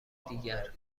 دیگر